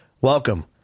Welcome